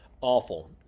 awful